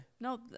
No